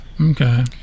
Okay